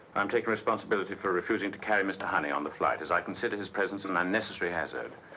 i'm taking responsibility for refusing to carry mr. honey on the flight, as i consider his presence and an unnecessary hazard.